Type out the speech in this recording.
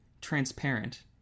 transparent